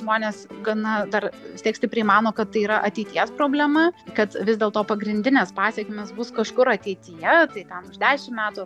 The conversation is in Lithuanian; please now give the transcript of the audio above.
žmonės gana dar vis tiek stipriai mano kad tai yra ateities problema kad vis dėl to pagrindinės pasekmės bus kažkur ateityje tai ten už dešim metų